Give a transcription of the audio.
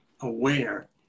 aware